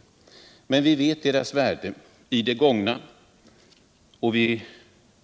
Vi känner till vad folkrörelserna har uträttat i gångna tider, och vi